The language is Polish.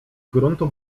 gruntu